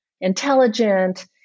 intelligent